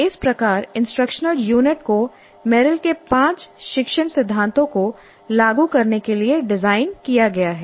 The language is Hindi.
इस प्रकार इंस्ट्रक्शनल यूनिट को मेरिल के पांच शिक्षण सिद्धांतों को लागू करने के लिए डिज़ाइन किया गया है